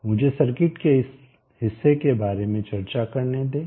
मुझे सर्किट के इस हिस्से के बारे में चर्चा करने दें